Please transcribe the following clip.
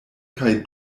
kaj